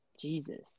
Jesus